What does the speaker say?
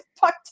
fuck